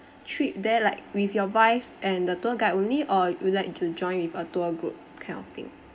trip there like with your and the tour guide only or you'd like to join with a tour group kind of thing